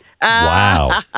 Wow